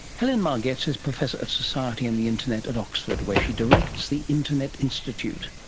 helen margetts is professor of society and the internet at oxford where she directs the internet institute,